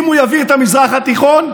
אם הוא יבעיר את המזרח התיכון,